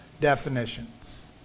definitions